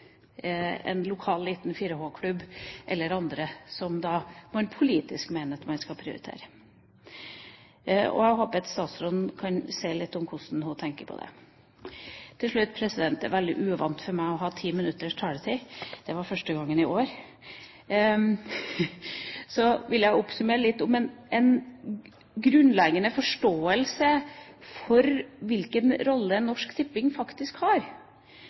en lokal, liten 4H-klubb eller andre som man politisk mener at man skal prioritere. Jeg håper at statsråden kan si noe om hva hun tenker om det. Det er veldig uvant for meg å ta 10 minutters taletid, det er første gangen i år. Men til slutt vil jeg oppsummere litt, om en grunnleggende forståelse for hvilken rolle Norsk Tipping faktisk har.